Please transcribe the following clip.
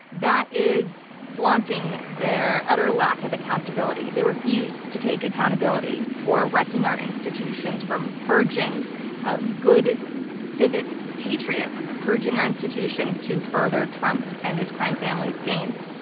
that is flaunting their utter lack of accountability. they refuse to take accountability for wrecking our institutions, for purging good civic patriots, purging our institutions to further trump and his crime family's gains.